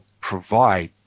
provide